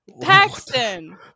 Paxton